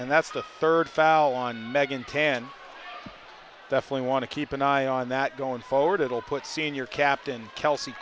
and that's the third foul on megane ten definitely want to keep an eye on that going forward it will put senior captain kelsey